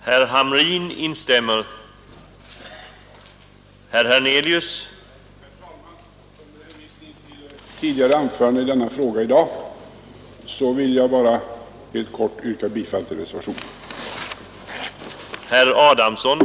Herr talman! Under hänvisning till mitt tidigare anförande i denna fråga i dag vill jag helt kort yrka bifall till reservationen F.